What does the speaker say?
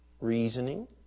reasoning